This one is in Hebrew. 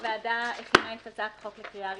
הוועדה הכינה את הצעת החוק לקריאה ראשונה,